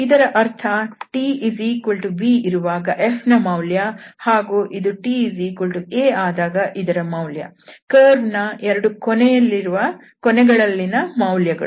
ಅದರ ಅರ್ಥ tb ಇರುವಾಗ f ನ ಮೌಲ್ಯ ಹಾಗೂ ಇದು ta ಆದಾಗ ಇರುವ ಮೌಲ್ಯ ಕರ್ವ್ ನ ಎರಡು ಕೊನೆಗಳಲ್ಲಿನ ಮೌಲ್ಯಗಳು